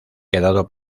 quedado